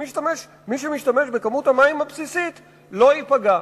ומי שמשתמש בכמות המים הבסיסית לא ייפגע.